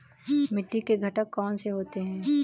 मिट्टी के घटक कौन से होते हैं?